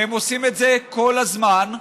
והם עושים את זה כל הזמן,